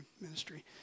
ministry